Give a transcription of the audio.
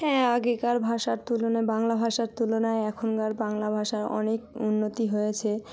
হ্যাঁ আগেকার ভাষার তুলনায় বাংলা ভাষার তুলনায় এখনকার বাংলা ভাষার অনেক উন্নতি হয়েছে